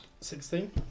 Sixteen